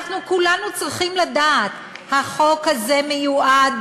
אנחנו כולנו צריכים לדעת שהחוק הזה מיועד,